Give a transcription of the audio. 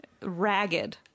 ragged